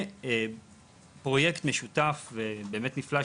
ופרויקט משותף ונפלא,